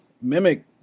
mimic